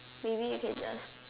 maybe you can just